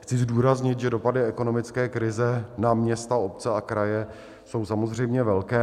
Chci zdůraznit, že dopady ekonomické krize na města a obce jsou samozřejmě velké.